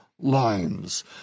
lines